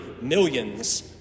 millions